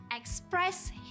express